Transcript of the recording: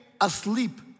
asleep